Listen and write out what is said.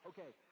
Okay